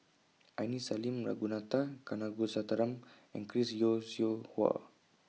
Aini Salim Ragunathar Kanagasuntheram and Chris Yeo Siew Hua